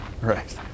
Right